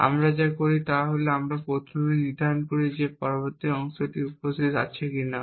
আমরা যা করি তা হল আমরা প্রথমে নির্ধারণ করি যে পরবর্তী অংশটি উপস্থিত আছে কিনা